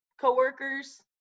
coworkers